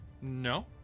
No